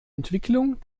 entwicklung